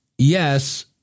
Yes